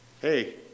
Hey